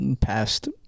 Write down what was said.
past